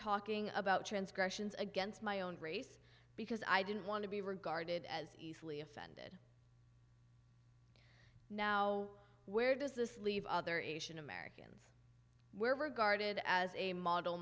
talking about transgressions against my own race because i didn't want to be regarded as easily offended now where does this leave other asian americans where regarded as a model